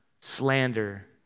slander